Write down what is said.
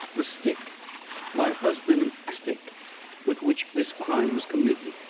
the stick my husband's stick with which this crime was committed.